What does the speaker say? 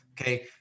Okay